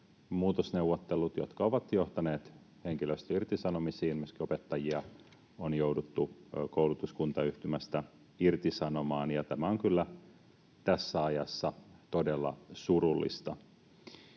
muutosneuvottelut, jotka ovat johtaneet henkilöstön irtisanomisiin. Myöskin opettajia on jouduttu koulutuskuntayhtymästä irtisanomaan, ja tämä on kyllä tässä ajassa todella surullista.